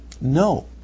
No